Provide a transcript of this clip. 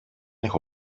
έχω